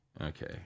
Okay